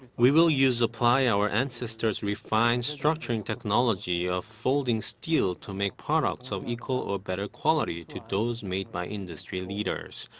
we will use apply our ancestors' refined structuring technology of folding steel to make products of equal or better quality to those made by industry leaders.